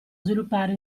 sviluppare